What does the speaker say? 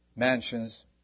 Mansions